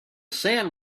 sand